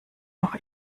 auch